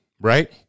right